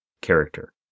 character